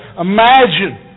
Imagine